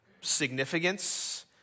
significance